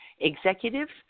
executives